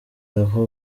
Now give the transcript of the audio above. aho